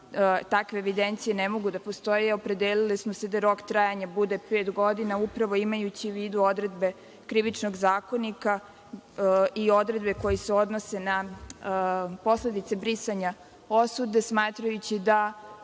takve evidencije ne mogu da postoje, opredelili smo se da rok trajanja bude pet godina, upravo imajući u vidu odredbe Krivičnog zakonika i odredbe koje se odnose na posledice brisanja osude, smatrajući da